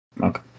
Okay